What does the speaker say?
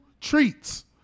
treats